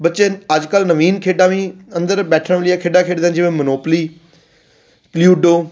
ਬੱਚੇ ਅੱਜ ਕੱਲ੍ਹ ਨਵੀਨ ਖੇਡਾਂ ਵੀ ਅੰਦਰ ਬੈਠਣ ਦੀਆਂ ਖੇਡਾਂ ਖੇਡਦਾਂ ਜਿਵੇਂ ਮਨੋਪਲੀ ਲੂਡੋ